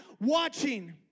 watching